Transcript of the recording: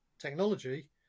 technology